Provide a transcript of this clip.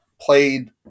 played